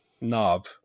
knob